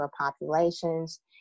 populations